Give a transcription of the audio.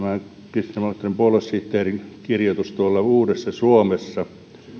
tämä kristillisdemokraattien puoluesihteerin kirjoitus uudessa suomessa